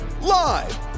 live